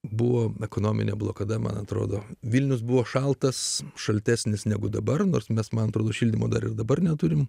buvo ekonominė blokada man atrodo vilnius buvo šaltas šaltesnis negu dabar nors mes man atrodo šildymo dar ir dabar neturime